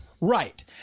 Right